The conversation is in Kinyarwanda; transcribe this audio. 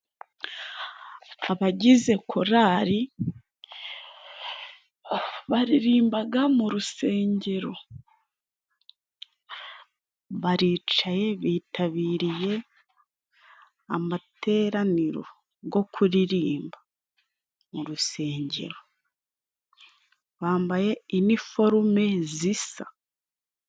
Abagize korari baririmbaga mu rusengero. Baricaye bitabiriye amateraniro go kuririmba mu rusengero. Bambaye iniforume zisa.